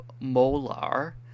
Molar